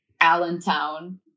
Allentown